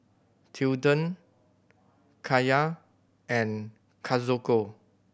Tilden Kaia and Kazuko